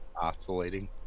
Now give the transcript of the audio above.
Oscillating